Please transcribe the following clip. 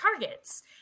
targets